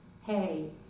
hey